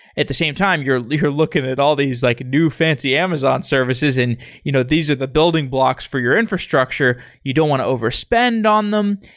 at the same time you're you're looking at all these like new fancy amazon services and you know these are the building blocks for your infrastructure. you don't want to overspend on them.